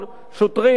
שוטרים,